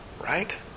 Right